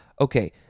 okay